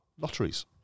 lotteries